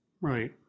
Right